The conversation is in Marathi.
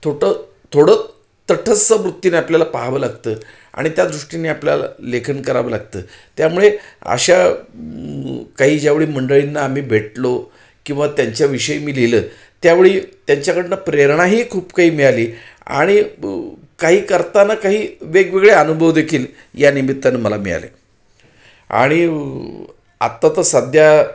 थोडं थोडं तटस्थ वृत्तीने आपल्याला पाहावं लागतं आणि त्या दृष्टीने आपल्याला लेखन करावं लागतं त्यामुळे अशा काही ज्यावेळी मंडळींना आम्ही भेटलो किंवा त्यांच्याविषयी मी लिहिलं त्यावेळी त्यांच्याकडनं प्रेरणाही खूप काही मिळाली आणि काही करताना काही वेगवेगळे अनुभव देखील या निमित्तानं मला मिळाले आणि आता तर सध्या